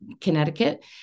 Connecticut